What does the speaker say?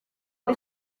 ngo